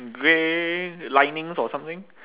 grey linings or something